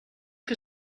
que